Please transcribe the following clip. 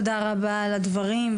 תודה רבה על הדברים,